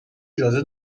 اجازه